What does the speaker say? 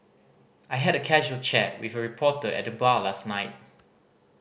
I had a casual chat with a reporter at the bar last night